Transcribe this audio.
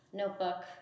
notebook